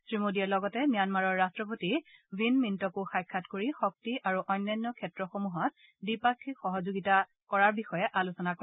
শ্ৰীমোদীয়ে লগতে ম্যানমাৰৰ ৰাট্টপতি ৱীন মিণ্টকো সাক্ষাৎ কৰি শক্তি আৰু অন্যান্য ক্ষেত্ৰসমূহত দ্বিপাক্ষিক সহযোগিতা কৰাৰ বিশয়ে আলোচনা কৰে